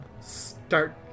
start